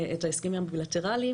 את ההסכמים הבילטרליים,